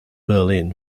berlin